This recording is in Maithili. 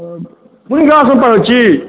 कोन क्लास मे पढ़ै छिही